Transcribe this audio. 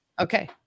Okay